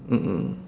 mm mm